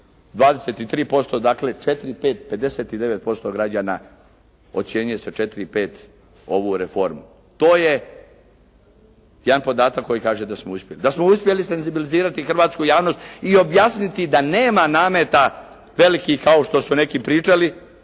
23% dakle, četiri, pet 59% građana ocjenjuje sa četiri i pet ovu reformu. To je jedan podatak koji kaže da smo uspjeli. Da smo uspjeli senzibilizirati hrvatsku javnost i objasniti da nema nameta velikih kao što su neki pričali,